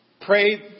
pray